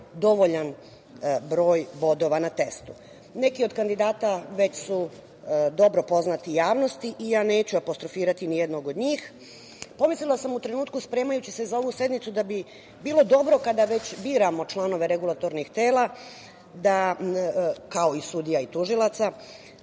dovoljan broj bodova na testu. Neki od kandidata već su dobro poznati javnosti i ja neću apostrofirati ni jednog njih. Pomislila sam u trenutku spremajući se za ovu sednicu da bi bilo dobro kada već biramo članove regulatornih tela da, kao i sudija i tužilaca,